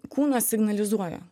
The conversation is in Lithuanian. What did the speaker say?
kūnas signalizuoja